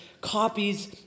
copies